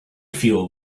feel